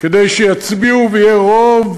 כדי שיצביעו ויהיה רוב